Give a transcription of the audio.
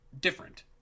different